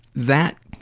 that